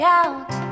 out